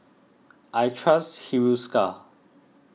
I trust Hiruscar